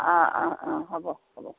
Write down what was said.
হ'ব হ'ব